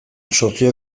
sozio